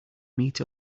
meet